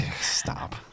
stop